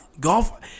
golf